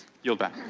yield back.